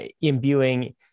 imbuing